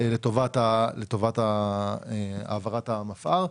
לטובת העברת המפא"ר.